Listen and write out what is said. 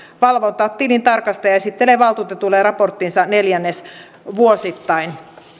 valvontatilintarkastaja esittelee valtuutetuille raporttinsa neljännesvuosittain